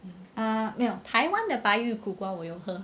ah 没有台湾的白玉苦瓜我有喝